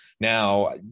Now